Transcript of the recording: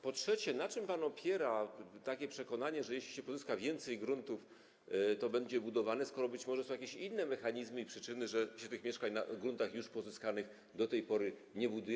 Po trzecie: Na czym pan opiera przekonanie, że jeśli się pozyska więcej gruntów, to będzie to budowane, skoro być może są jakieś inne mechanizmy i przyczyny tego, że tych mieszkań na gruntach już pozyskanych do tej pory się nie buduje?